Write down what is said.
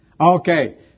Okay